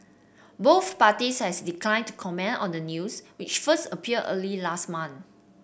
both parties has declined to comment on the news which first appeared early last month